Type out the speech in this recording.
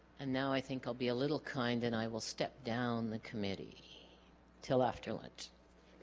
and now i think i'll be a little kind and i will step down the committee till after lunch